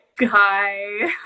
Hi